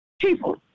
People